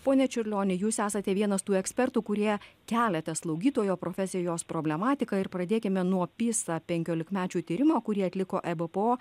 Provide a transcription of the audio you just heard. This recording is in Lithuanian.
pone čiurlioni jūs esate vienas tų ekspertų kurie kelia tą slaugytojo profesiją jos problematiką ir pradėkime nuo pisa penkiolikmečių tyrimo kurį atliko ebpo